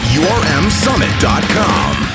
urmsummit.com